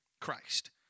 Christ